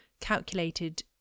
calculated